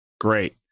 Great